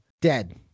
dead